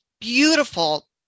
beautiful